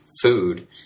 food